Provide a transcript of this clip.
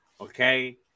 Okay